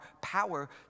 power